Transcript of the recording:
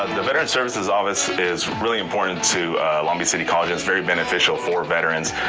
um the veterans services office is really important to long beach city college. it's very beneficial for veterans,